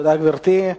תודה, גברתי.